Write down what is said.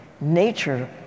Nature